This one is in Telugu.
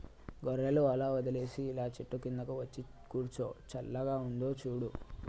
గొర్రెలు అలా వదిలేసి ఇలా చెట్టు కిందకు వచ్చి కూర్చో చల్లగా ఉందో చూడు